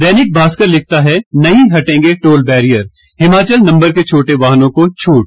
दैनिक भास्कर लिखता है नहीं हटेंगे टोल बैरियर हिमाचल नंबर के छोटे वाहनों को छूट